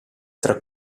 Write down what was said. tra